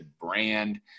brand